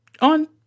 on